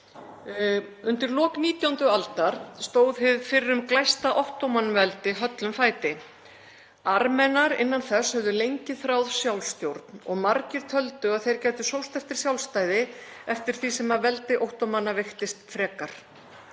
Undir lok 19. aldar stóð hið fyrrum glæsta Ottómanaveldi höllum fæti. Armenar innan þess höfðu lengi þráð sjálfsstjórn og margir töldu að þeir gætu sóst eftir sjálfstæði eftir því sem veldi Ottómana veiktist frekar.